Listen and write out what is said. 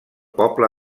poble